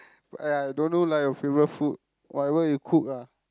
ya I don't know lah your favourite food whatever you cook lah